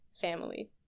family